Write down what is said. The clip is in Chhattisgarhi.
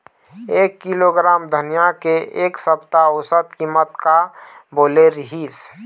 एक किलोग्राम धनिया के एक सप्ता औसत कीमत का बोले रीहिस?